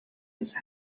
his